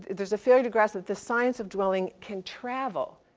there's a failure to grasp that the science of dwelling can travel.